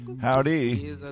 Howdy